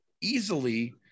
easily